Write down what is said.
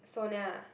Sonia